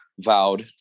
vowed